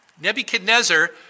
Nebuchadnezzar